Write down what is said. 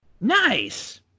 Nice